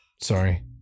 Sorry